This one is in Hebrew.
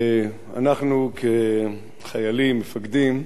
אנחנו כחיילים, כמפקדים,